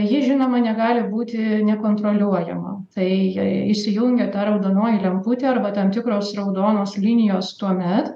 ji žinoma negali būti nekontroliuojama tai įsijungia ta raudonoji lemputė arba tam tikros raudonos linijos tuomet